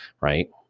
right